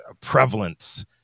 prevalence